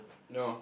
no